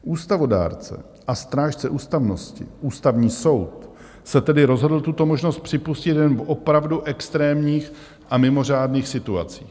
Ústavodárce a strážce ústavnosti, Ústavní soud, se tedy rozhodl tuto možnost připustit jen v opravdu extrémních a mimořádných situacích.